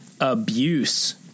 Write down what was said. abuse